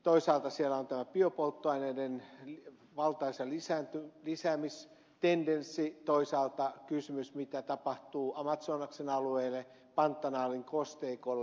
toisaalta siellä on tämä biopolttoaineiden valtaisa lisäämistendenssi toisaalta kysymys mitä tapahtuu amazonasin alueelle pantanalin kosteikolle